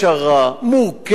מורכבת מאוד,